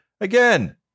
again